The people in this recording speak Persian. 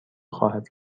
خواهد